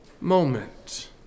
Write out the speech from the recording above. moment